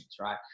right